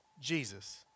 Jesus